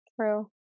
True